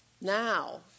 Now